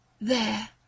There